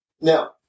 Now